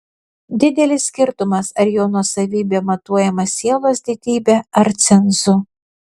didelis skirtumas ar jo nuosavybė matuojama sielos didybe ar cenzu